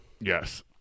Yes